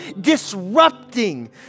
disrupting